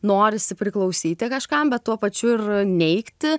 norisi priklausyti kažkam bet tuo pačiu ir neigti